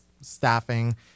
staffing